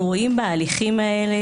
אנחנו רואים בהליכים האלה,